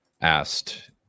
asked